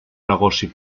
negoci